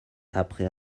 après